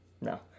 No